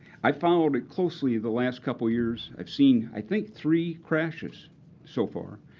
i followed it closely the last couple years. i've seen, i think, three crashes so far,